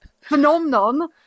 Phenomenon